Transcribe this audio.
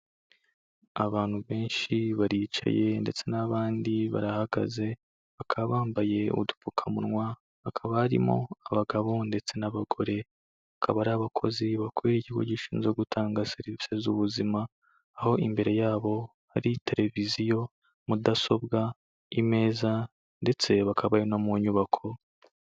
Abantu benshi baricaye, ndetse n'abandi barahagaze, bakaba bambaye udupfukamunwa, hakaba barimo abagabo ndetse n'abagore, bakaba ari abakozi bakorera ikigo gishinzwe gutanga serivisi z'ubuzima, aho imbere yabo hari televiziyo, mudasobwa, imeza ndetse bakaba no mu nyubako.